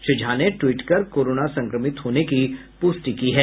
श्री झा ने ट्वीट कर कोरोना संक्रमित होने की प्रष्टि की है